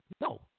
no